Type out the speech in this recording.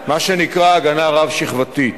מה שנקרא הגנה רב-שכבתית.